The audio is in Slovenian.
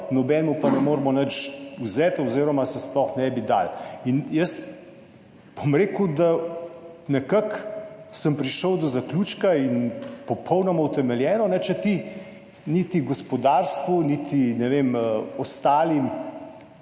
nobenemu pa ne moremo nič vzeti oziroma se sploh ne bi dalo. In jaz bom rekel, da nekako sem prišel do zaključka in popolnoma utemeljeno, če ti niti gospodarstvu, kapitalu